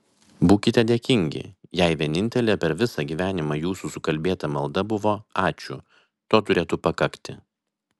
būkite dėkingi jei vienintelė per visą gyvenimą jūsų sukalbėta malda buvo ačiū to turėtų pakakti